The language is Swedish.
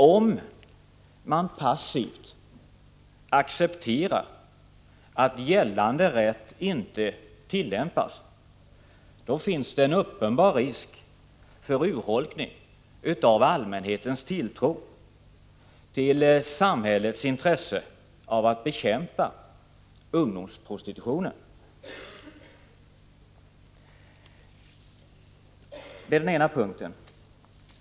Om man passivt accepterar att gällande rätt på det här området inte tillämpas, finns det en uppenbar risk för urholkning av allmänhetens tilltro till samhällets intresse av att bekämpa ungdomsprostitutionen.